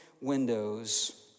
windows